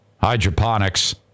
Hydroponics